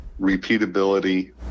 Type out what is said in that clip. repeatability